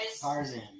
Tarzan